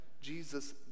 jesus